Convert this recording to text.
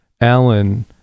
Alan